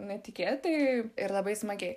netikėtai ir labai smagiai